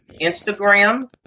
Instagram